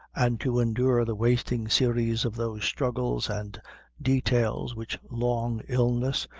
and to endure the wasting series of those struggles and details which long illness,